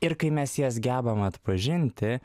ir kai mes jas gebam atpažinti